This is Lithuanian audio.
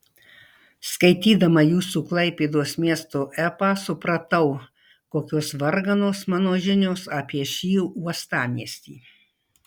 skaitydama jūsų klaipėdos miesto epą supratau kokios varganos mano žinios apie šį uostamiestį